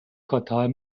quartal